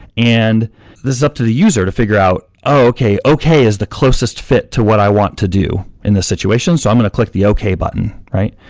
and this is up to the user to figure out, oh, okay. okay is the closest fit to what i want to do in this situation, so i'm going to click the okay button, right?